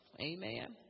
Amen